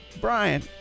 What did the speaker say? brian